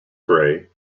gray